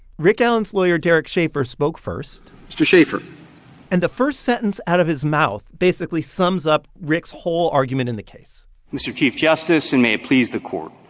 rick allen's lawyer, derek shaffer, spoke first mr. shaffer and the first sentence out of his mouth basically sums up rick's whole argument in the case mr. chief justice, and may it please the court.